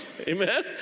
amen